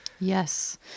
Yes